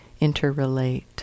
interrelate